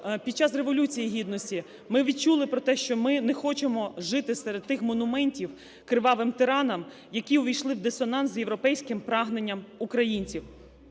під час Революції Гідності ми відчули про те, що ми не хочемо жити серед тих монументів кривавим тиранам, які увійшли в дисонанс з європейським прагненням українців.